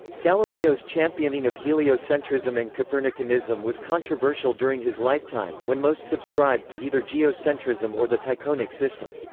galileo's championing of heliocentrism and copernicanism was controversial during his lifetime, when most subscribed to either geocentrism or the tychonic system.